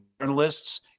journalists